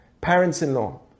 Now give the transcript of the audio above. parents-in-law